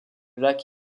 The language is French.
lac